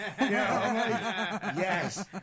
yes